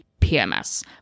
PMS